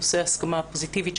לנושא הסכמה פוזיטיבית,